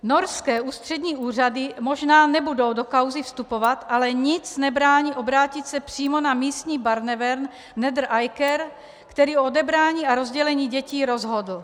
Norské ústřední úřady možná nebudou do kauzy vstupovat, ale nic nebrání obrátit se přímo na místní Barnevern Nedre Eiker, který o odebrání a rozdělení dětí rozhodl.